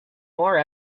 more